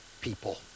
people